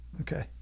okay